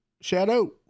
Shadow